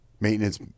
maintenance